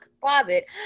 closet